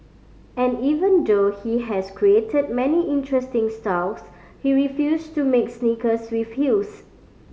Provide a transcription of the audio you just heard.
and even though he has created many interesting styles he refuse to make sneakers with heels